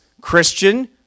Christian